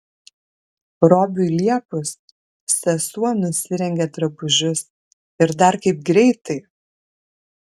robiui liepus sesuo nusirengė drabužius ir dar kaip greitai